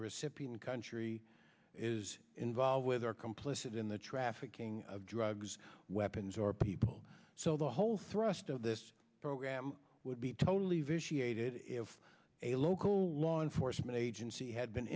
the recipient country is involved with are complicit in the trafficking of drugs weapons or people so the whole thrust of this program would be totally vitiated if a local law enforcement agency had been